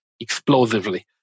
explosively